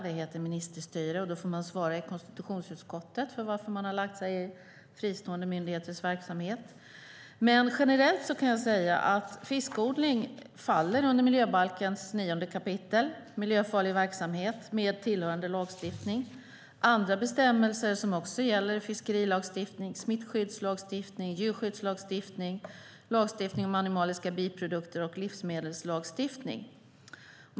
Det är ministerstyre, och då får man redogöra i konstitutionsutskottet varför man har lagt sig i fristående myndigheters verksamhet. Generellt kan jag säga att fiskodling faller under miljöbalkens 9 kap. Miljöfarlig verksamhet. Andra bestämmelser som också gäller är fiskerilagstiftning, smittskyddslagstiftning, djurskyddslagstiftning, lagstiftning om animaliska biprodukter och livsmedelslagstiftning.